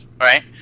right